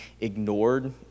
ignored